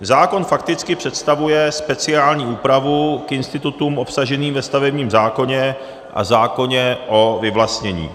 Zákon fakticky představuje speciální úpravu k institutům obsaženým ve stavebním zákoně a zákoně o vyvlastnění.